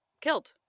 killed